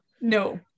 no